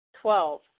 Twelve